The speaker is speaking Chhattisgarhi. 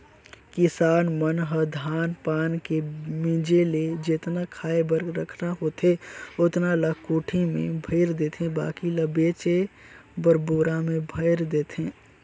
किसान मन ह धान पान के मिंजे ले जेतना खाय बर रखना होथे ओतना ल कोठी में भयर देथे बाकी ल बेचे बर बोरा में भयर देथे